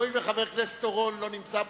הואיל וחבר הכנסת אורון לא נמצא פה,